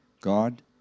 God